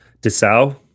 desau